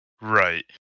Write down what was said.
Right